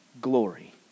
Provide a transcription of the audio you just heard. glory